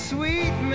Sweet